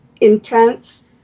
intense